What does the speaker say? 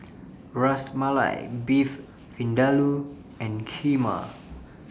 Ras Malai Beef Vindaloo and Kheema